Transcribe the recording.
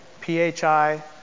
PHI